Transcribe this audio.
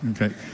okay